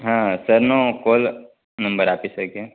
હા સરનો call number આપી શકીએ